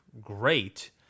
great